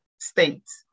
States